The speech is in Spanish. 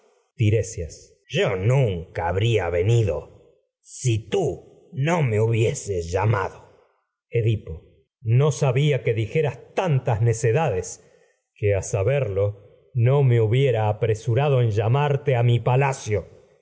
a casa habría venido si tú no yo nunca me hu bieses llamado edipo no sabia que dijeras tantas necedades apresurado en que a saberlo no me hubiera llamarte a mi palacio